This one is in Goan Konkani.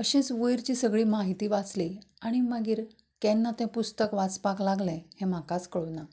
अशेंच वयली सगळी माहिती वाचली आनी मागीर केन्ना तें पुस्तक वाचपाक लागलें हें म्हाकाच कळूंक ना